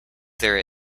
there